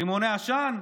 רימוני עשן,